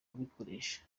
kubikoresha